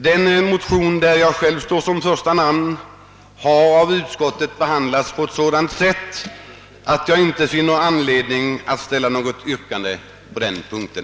Den motion, där jag själv står såsom första namn, har av utskottet behandlats på ett sådant sätt att jag inte finner anledning att ställa något yrkande på den punkten.